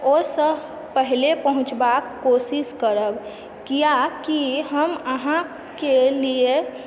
ओइसऽ पहिले पहुँचबाक कोशिश करब किए कि हम अहाँके लिए